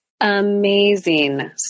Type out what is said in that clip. Amazing